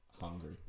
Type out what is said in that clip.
Hungry